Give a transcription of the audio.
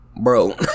Bro